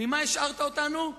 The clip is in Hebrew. ועם מה השארת אותנו?